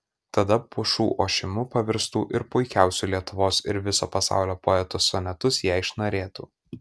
tada pušų ošimu pavirstų ir puikiausių lietuvos ir viso pasaulio poetų sonetus jai šnarėtų